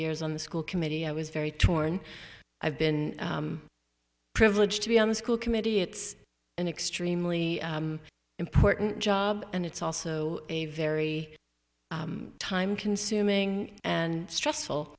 years on the school committee i was very torn i've been privileged to be on the school committee it's an extremely important job and it's also a very time consuming and stressful